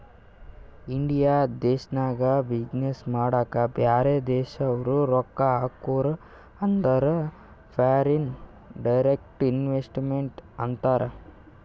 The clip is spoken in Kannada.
ಇಂಡಿಯಾ ದೇಶ್ನಾಗ ಬಿಸಿನ್ನೆಸ್ ಮಾಡಾಕ ಬ್ಯಾರೆ ದೇಶದವ್ರು ರೊಕ್ಕಾ ಹಾಕುರ್ ಅಂದುರ್ ಫಾರಿನ್ ಡೈರೆಕ್ಟ್ ಇನ್ವೆಸ್ಟ್ಮೆಂಟ್ ಅಂತಾರ್